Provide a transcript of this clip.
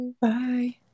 bye